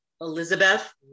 Elizabeth